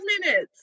minutes